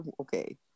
Okay